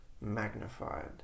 magnified